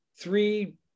three